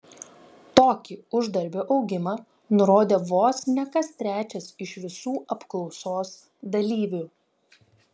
tokį uždarbio augimą nurodė vos ne kas trečias iš visų apklausos dalyvių